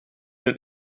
een